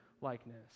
likeness